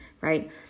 Right